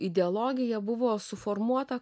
ideologija buvo suformuota